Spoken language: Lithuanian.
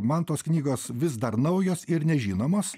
man tos knygos vis dar naujos ir nežinomos